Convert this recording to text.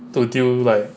to deal like